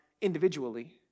individually